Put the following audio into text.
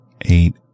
eight